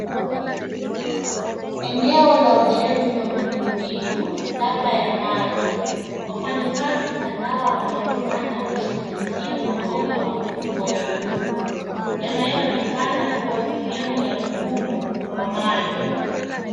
Eneo la ujenzi wa miundo mbinu, labda ya maji. Wafanyikazi kadhaa wanaonekana wakishughulikia mabomba makubwa ya buluu, yanayoonekana kuwa sehemu ya mfumo wa maji.